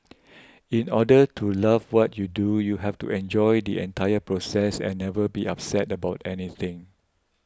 in order to love what you do you have to enjoy the entire process and never be upset about anything